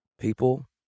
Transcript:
people